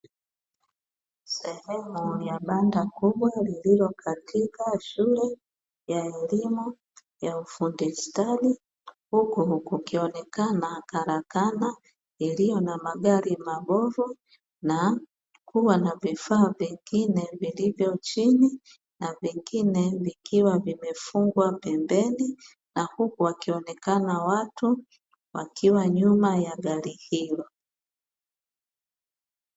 Sehemu ya banda kubwa lililo katika shule ya elimu ya ufundi stadi, huku kukionekana karakana iliyo na magari mabovu, na kuwa na vifaa vingine vilivyo chini na vingine vikiwa vimefungwa pembeni, na huku wakionekana watu wakiwa nyuma ya gari hilo.